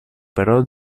però